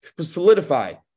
solidified